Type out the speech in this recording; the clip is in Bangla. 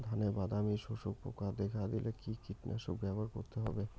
ধানে বাদামি শোষক পোকা দেখা দিলে কি কীটনাশক ব্যবহার করতে হবে?